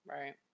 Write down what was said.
Right